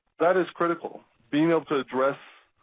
that is critical being able to address